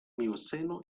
mioceno